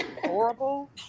horrible